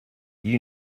you